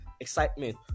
excitement